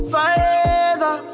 Forever